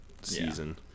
season